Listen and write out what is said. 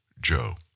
Joe